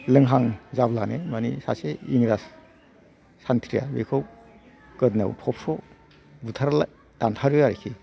लोंहां जाब्लानो मानि सासे इंराज सान्थ्रिया बिखौ गोदोनायाव थबस्र' बुथारला दानथारो आरोखि